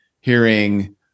hearing